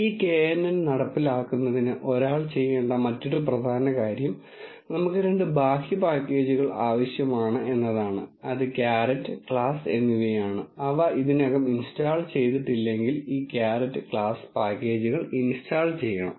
ഈ knn നടപ്പിലാക്കുന്നതിന് ഒരാൾ ചെയ്യേണ്ട മറ്റൊരു പ്രധാന കാര്യം നമുക്ക് രണ്ട് ബാഹ്യ പാക്കേജുകൾ ആവശ്യമാണ് എന്നതാണ് അത് Caret class എന്നിവയാണ് അവ ഇതിനകം ഇൻസ്റ്റാൾ ചെയ്തിട്ടില്ലെങ്കിൽ ഈ caret class പാക്കേജുകൾ ഇൻസ്റ്റാൾ ചെയ്യണം